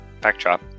backdrop